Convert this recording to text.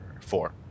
four